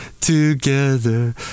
together